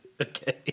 Okay